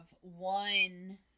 one